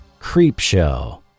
Creepshow